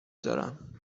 دارم